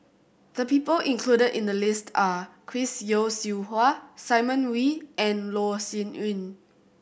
the people included in the list are Chris Yeo Siew Hua Simon Wee and Loh Sin Yun